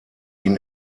ihn